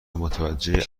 متوجه